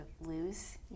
lose